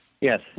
Yes